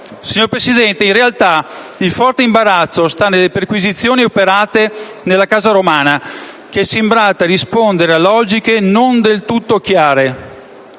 Signor Presidente, in realtà il forte imbarazzo sta nella perquisizione operata nella sua casa romana, che è sembrata rispondere a logiche non del tutto chiare,